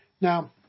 now